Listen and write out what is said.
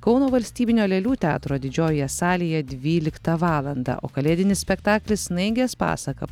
kauno valstybinio lėlių teatro didžiojoje salėje dvyliktą valandą o kalėdinis spektaklis snaigės pasaka